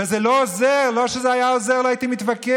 וזה לא עוזר, אם זה היה עוזר לא הייתי מתווכח.